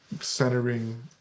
centering